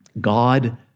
God